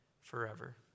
forever